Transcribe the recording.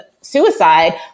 suicide